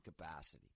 capacity